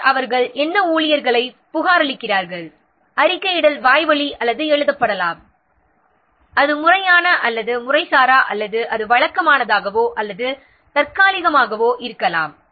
பின்னர் அவர்கள் என்ன ஊழியர்களைப் புகாரளிக்கிறார்கள் அறிக்கையிடல் வாய்வழியாக அல்லது எழுதப்பட்டதாக இருக்கலாம் அது முறையான அல்லது முறைசாரா அல்லது அது வழக்கமானதாகவோ அல்லது தற்காலிகமாகவோ இருக்கலாம்